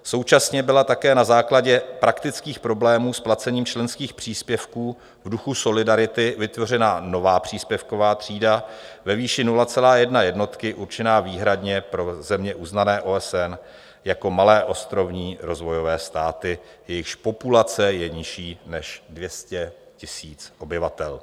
Současně byla také na základě praktických problémů s placením členských příspěvků v duchu solidarity vytvořena nová příspěvková třída ve výši 0,1 jednotky, určená výhradně pro země uznané OSN jako malé ostrovní rozvojové státy, jejichž populace je nižší než 200 000 obyvatel.